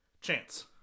Chance